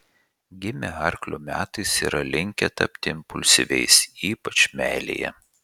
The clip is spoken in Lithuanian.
gimę arklio metais yra linkę tapti impulsyviais ypač meilėje